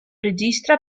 regista